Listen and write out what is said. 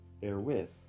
therewith